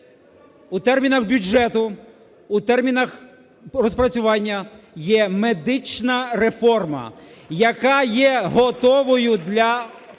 у термінах бюджету, у термінах … працювання є медична реформа, яка є готовою для